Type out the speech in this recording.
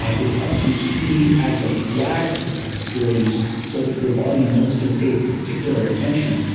ah the substance p adds a flag to that experience, so that your body knows to pay particular attention,